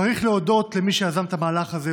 צריך להודות למי שיזם את המהלך הזה,